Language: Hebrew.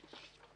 גברתי.